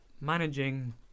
managing